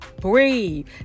breathe